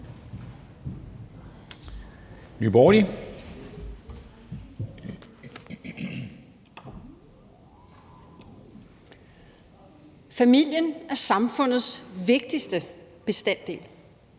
Familien er samfundets vigtigste bestanddel.